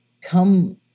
come